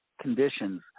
conditions